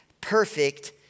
perfect